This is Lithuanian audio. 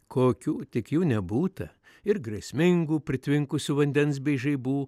kokių tik jų nebūta ir grėsmingų pritvinkusių vandens bei žaibų